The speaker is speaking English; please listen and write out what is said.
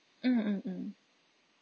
mm mm mm